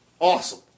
awesome